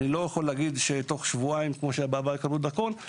אני לא יכול להגיד שכמו שהיה בעבר יקבלו דרכון תוך שבועיים,